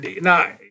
Now